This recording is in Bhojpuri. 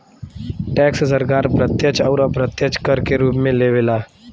टैक्स सरकार प्रत्यक्ष अउर अप्रत्यक्ष कर के रूप में लेवे ला